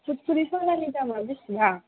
फुलखुरि सनानि दामा बेसेबां